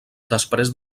després